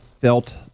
felt